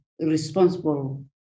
responsible